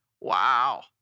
Wow